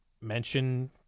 mention